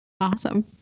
awesome